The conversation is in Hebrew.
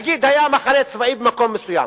נניח שהיה מחנה צבאי במקום מסוים,